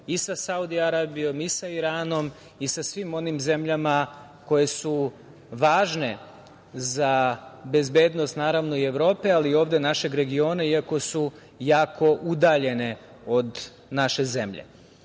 i sa Saudijskom Arabijom, i sa Iranom, i sa svim onim zemljama koje su važne za bezbednost, naravno i Evrope, ali ovde našeg regiona, iako su jako udaljene od naše zemlje.